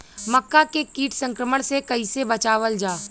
मक्का के कीट संक्रमण से कइसे बचावल जा?